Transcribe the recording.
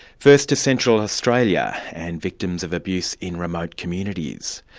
first to central australia, and victims of abuse in remote communities.